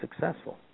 successful